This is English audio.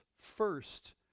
first